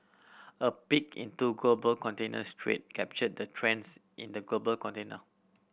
a peek into global containers trade captured the trends in the global container